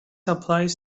applies